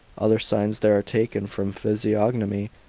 other signs there are taken from physiognomy,